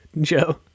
Joe